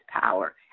power